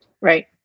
Right